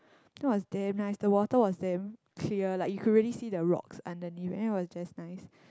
that was damn nice the water was damn clear like you could really see the rocks underneath and it was just nice